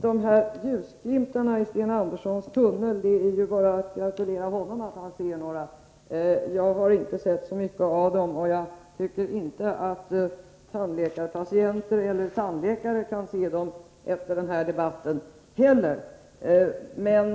Herr talman! Det är bara att gratulera Sten Andersson till att han ser ljusglimtar i tunneln. Jag har inte sett så mycket av dem. Jag tycker inte heller att tandläkarpatienter eller tandläkare kan se särskilt ljust på situationen efter denna diskussion. Men